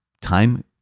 time